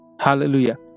Hallelujah